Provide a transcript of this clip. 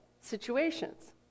situations